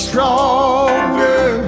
Stronger